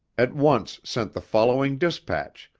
at once sent the following dispatch,